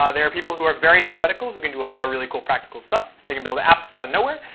ah there are people who are very theoretical who can do a lot of really cool practical stuff. they can build apps out of nowhere.